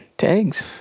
Tags